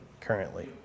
currently